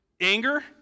anger